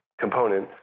component